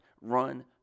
run